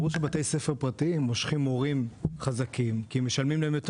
כי ברור שבתי ספר פרטיים מושכים מורים חזקים כי משלמים להם יותר